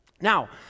Now